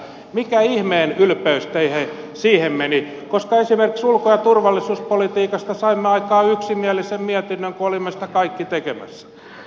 mikä ihmeen ylpeys siihen meni koska esimerkiksi ulko ja turvallisuuspolitiikasta saimme aikaan yksimielisen mietinnön kun olimme sitä kaikki tekemässä